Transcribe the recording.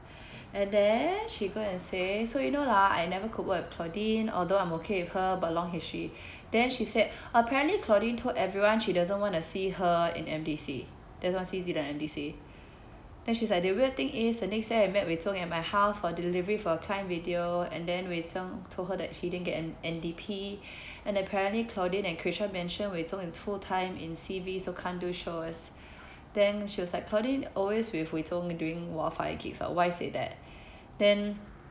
and then she go and say so you know lah I never could work claudine although I'm okay with her but long history she then she said apparently claudine told everyone she doesn't want to see her in M_D_C M_D_C then she's like the weird thing is the next day I met wei zong at my house for a delivery for a client video and then wei zong told her that she didn't get N~ N_D_P and apparently claudine and kresha mentioned wei zong is full time in C_B so can't do shows then she was like claudine always with wei zong doing why say that then